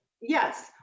Yes